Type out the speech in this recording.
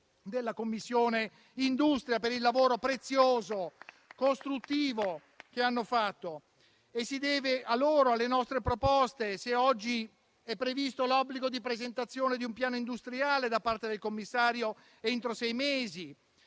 della Commissione industria per il lavoro prezioso e costruttivo che hanno fatto. Si deve a loro e alle nostre proposte se oggi è previsto l'obbligo di presentazione di un piano industriale da parte del commissario entro sei mesi;